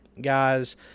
guys